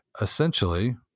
essentially